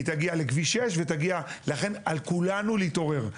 היא תגיע לכביש 6. לכן על כולנו להתעורר.